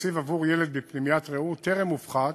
התקציב עבור ילד בפנימיית "רעות" טרם הופחת,